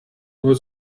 nur